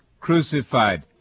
crucified